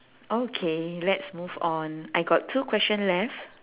okay let's move on I got two question left